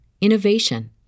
innovation